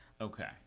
Okay